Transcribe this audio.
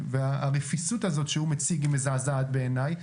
והרפיסות הזאת שהוא מציג היא מזעזעת בעיניי.